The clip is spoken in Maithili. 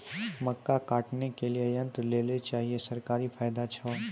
मक्का काटने के लिए यंत्र लेल चाहिए सरकारी फायदा छ?